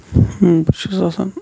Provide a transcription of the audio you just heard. بہٕ چھُس آسان